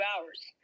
hours